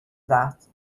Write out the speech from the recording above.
that